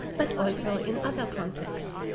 but also in other contexts.